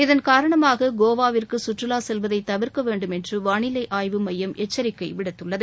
இதன் காரணமாக கோவாவிற்கு சுற்றுவா செல்வதை தவிர்க்க வேண்டும் என்று வானிலை ஆய்வு மையம் எச்சரிக்கை விடுத்துள்ளது